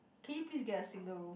can you please get a single room